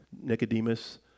Nicodemus